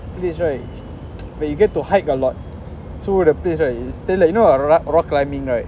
that's right when you get to hike a lot so would the place right you still like you know a rock rock climbing right